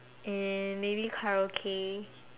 and maybe Karaoke